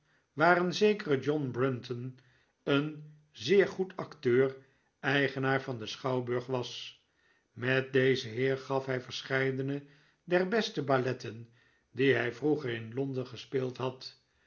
een zekere john brunton een zeer goed acteur eigenaar van den schouwburg was met dezen heer gaf hij verscheidene der beste balletten die hij vroeger in l o n d e n gespeeld had